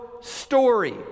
story